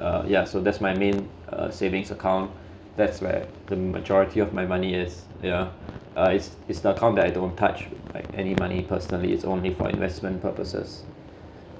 uh ya so that's my main uh savings account that's where the majority of my money is ya uh is is the account that I don't touch like any money personally it's only for investment purposes